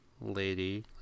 lady